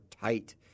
tight